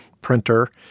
printer